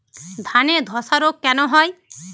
ধানে ধসা রোগ কেন হয়?